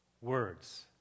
words